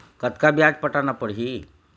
कतका ब्याज पटाना पड़ही?